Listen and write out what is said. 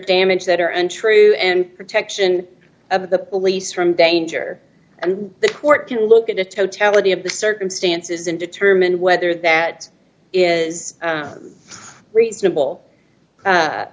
damage that are untrue and protection of the police from danger and the court can look at the totality of the circumstances and determine whether that is reasonable